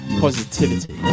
Positivity